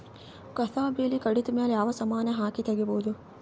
ಕಸಾ ಬೇಲಿ ಕಡಿತ ಮೇಲೆ ಯಾವ ಸಮಾನ ಹಾಕಿ ತಗಿಬೊದ?